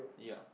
ya